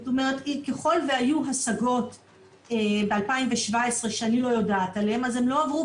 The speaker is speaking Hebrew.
זאת אומרת ככל והיו השגות ב-2017 שאני לא יודעת עליהן,